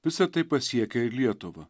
visa tai pasiekė ir lietuvą